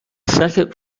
second